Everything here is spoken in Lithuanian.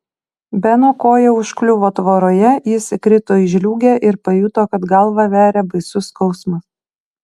beno koja užkliuvo tvoroje jis krito į žliūgę ir pajuto kad galvą veria baisus skausmas